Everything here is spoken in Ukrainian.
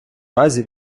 разі